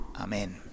amen